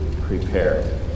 prepare